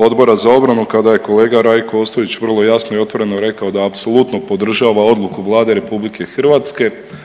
Odbora za obranu kada je kolega Rajko Ostojić vrlo jasno i otvoreno rekao da apsolutno podržava odluku Vlade RH, da je